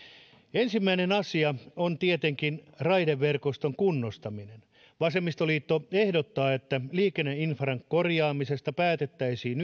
ensimmäinen asia on tietenkin raideverkoston kunnostaminen vasemmistoliitto ehdottaa että liikenneinfran korjaamisesta päätettäisiin